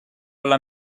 alla